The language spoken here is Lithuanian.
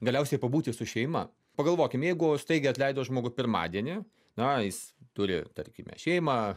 galiausiai pabūti su šeima pagalvokim jeigu staigiai atleido žmogų pirmadienį na jis turi tarkime šeimą